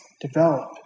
develop